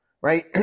Right